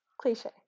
cliche